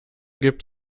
gibt